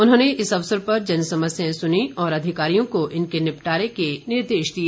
उन्होंने इस अवसर पर जन समस्याएं सुनीं और अधिकारियों को इनके निपटारे के निर्देश दिए